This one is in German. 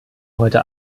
heute